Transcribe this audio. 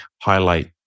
highlight